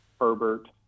Herbert